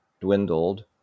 dwindled